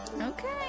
Okay